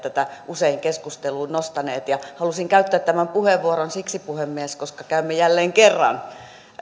tätä usein keskusteluun nostaneet ja halusin käyttää tämän puheenvuoron siksi puhemies koska käymme jälleen kerran